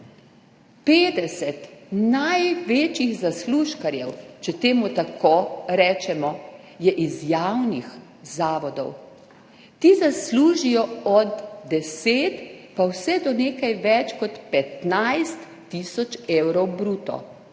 50 največjih zaslužkarjev, če temu tako rečemo, je iz javnih zavodov. Ti zaslužijo od 10 tisoč pa vse do nekaj več kot 15 tisoč evrov bruto.